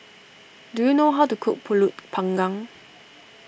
do you know how to cook Pulut Panggang